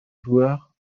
joueur